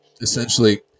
essentially